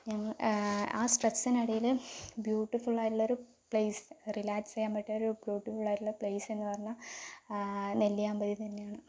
ഞങ്ങ ആ സ്ട്രെസ്സിനിടയിൽ ബ്യൂട്ടിഫുൾ ആയിട്ടുള്ള ഒരു പ്ലേസ് റിലാക്സ് ചെയ്യാൻ പറ്റിയ ഒരു ബ്യുട്ടിഫുളായിട്ടുള്ള പ്ലേസെന്ന് പറഞ്ഞാൽ നെല്ലിയാമ്പതി തന്നെയാണ്